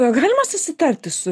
o galima susitarti su